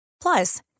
Plus